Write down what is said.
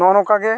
ᱱᱚᱜᱼᱚ ᱱᱚᱠᱟᱜᱮ